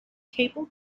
table